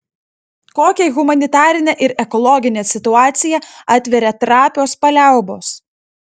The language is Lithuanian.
kokią humanitarinę ir ekologinę situaciją atveria trapios paliaubos